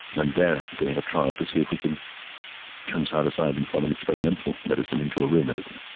and they are doing a trial to see if we can turn psilocybin from an experimental medicine into a real medicine.